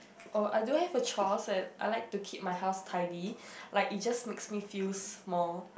oh I do have a chores at I like to keep my house tidy like it just makes me feels more